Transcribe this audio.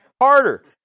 harder